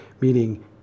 meaning